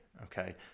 Okay